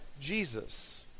Jesus